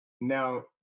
Now